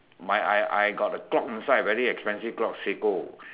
my I I I I got a clock inside very expensive clock Seiko